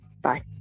Bye